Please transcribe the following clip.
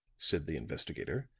said the investigator,